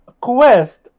quest